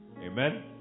Amen